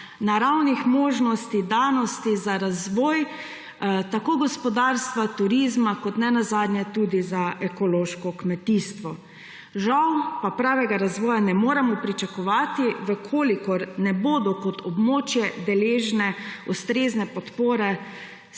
naravnih možnosti, danosti za razvoj tako gospodarstva, turizma kot ne nazadnje tudi ekološkega kmetijstva. Žal pa pravega razvoja ne moremo pričakovati, če kot območje ne bodo deležne ustrezne podpore celotne